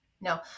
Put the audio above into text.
no